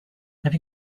have